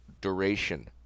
duration